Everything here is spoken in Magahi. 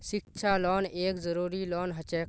शिक्षा लोन एक जरूरी लोन हछेक